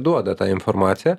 duoda tą informaciją